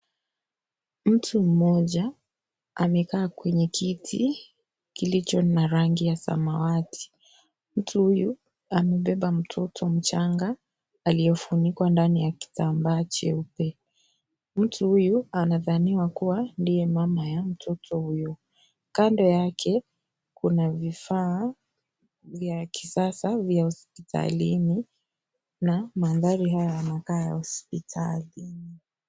Mtu mmoja, amekaa kwenye kiti, kilicho na rangi ya samawati. Mtu huyu, amebeba mtoto mchanga, aliyefunikwa ndani ya kitambaa cheupe. Mtu huyu, anadhaniwa kuwa ndiye mama ya mtoto huyo. Kando yake, kuna vifaa vya kisasa vya hosipitani na mandhari haya yanakaaa ya hospitali.